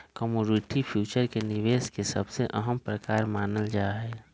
commodity future के निवेश के सबसे अहम प्रकार मानल जाहई